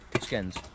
skins